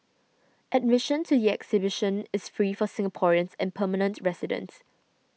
admission to the exhibition is free for Singaporeans and permanent residents